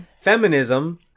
feminism